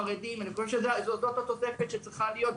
חרדים אני חושב שזאת התוספת שצריכה להיות,